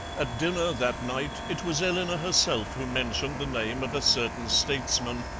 at dinner that night it was eleanor herself who mentioned the name of a certain statesman,